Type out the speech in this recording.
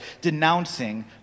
denouncing